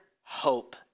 hope